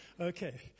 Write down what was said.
Okay